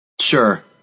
Sure